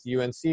UNC